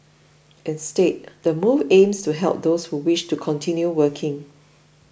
instead the move aims to help those who wish to continue working